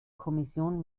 kommission